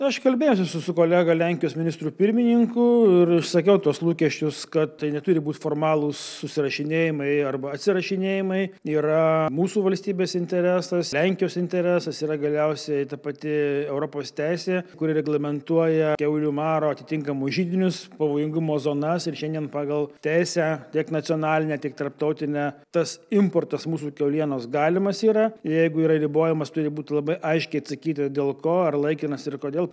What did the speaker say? aš kalbėjausi su su kolega lenkijos ministru pirmininku ir išsakiau tuos lūkesčius kad tai neturi būt formalūs susirašinėjimai arba atsirašinėjimai yra mūsų valstybės interesas lenkijos interesas yra galiausiai ta pati europos teisė kuri reglamentuoja kiaulių maro atitinkamus židinius pavojingumo zonas ir šiandien pagal teisę tiek nacionalinę tiek tarptautinę tas importas mūsų kiaulienos galimas yra jeigu yra ribojamas turi būt labai aiškiai atsakyta dėl ko ar laikinas ir kodėl